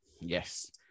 yes